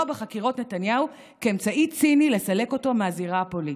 בחקירות נתניהו כאמצעי ציני לסלק אותו מהזירה הפוליטית.